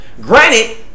Granted